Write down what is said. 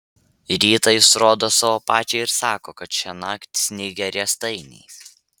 rytą jis rodo savo pačiai ir sako kad šiąnakt snigę riestainiais